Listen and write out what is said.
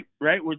right